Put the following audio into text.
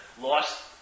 lost